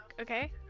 Okay